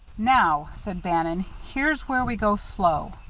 now, said bannon, here's where we go slow.